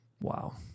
Wow